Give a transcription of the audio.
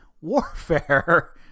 warfare